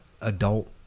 adult